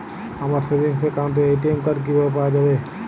আমার সেভিংস অ্যাকাউন্টের ATM card কিভাবে পাওয়া যাবে?